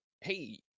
hey